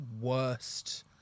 worst